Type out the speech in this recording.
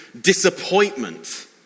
disappointment